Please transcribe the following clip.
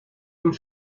und